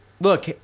Look